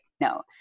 no